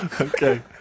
Okay